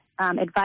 advice